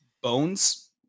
bones